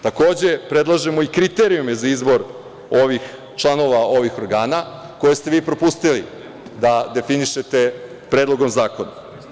Takođe predlažemo i kriterijume za izbor članova ovih organa koje ste vi propustili da definišete predlogom zakona.